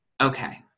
Okay